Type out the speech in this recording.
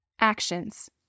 Actions